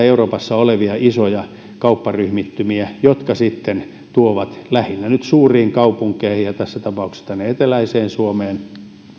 euroopassa olevia isoja kaupparyhmittymiä jotka sitten tuovat lähinnä suuriin kaupunkeihin tässä tapauksessa tänne eteläiseen suomeen